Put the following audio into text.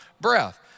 breath